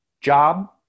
job